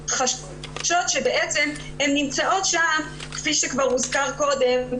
חשות שבעצם הן נמצאות שם כפי שכבר הוזכר קודם,